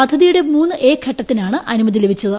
പദ്ധതിയുടെ മൂന്ന് എ ഘട്ടത്തിനാണ് അനുമതി ലഭിച്ചത്